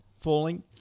falling